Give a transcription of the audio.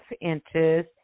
inches